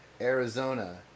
Arizona